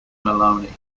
maloney